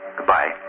Goodbye